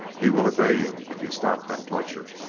he will obey you if you stop that torture.